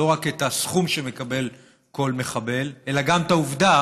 לא רק את הסכום שמקבל כל מחבל אלא גם את העובדה